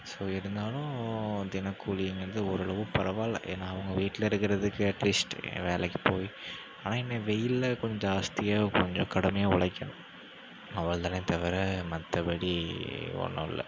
so இருந்தாலும் தினக்கூலிங்கறது ஓரளவு பரவால்ல ஏன்னா அவங்க வீட்டில இருக்குறதுக்கு அட்லீஸ்ட் எங்கேயா வேலைக்கு போய் ஆனால் என்ன வெயிலில் கொஞ்சம் ஜாஸ்தியாக கொஞ்சம் கடுமையாக உழைக்கணும் அவ்வளோ தானே தவிர மற்றபடி ஒன்றும் இல்லை